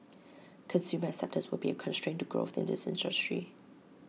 consumer acceptance will be A constraint to growth in this industry